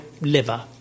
liver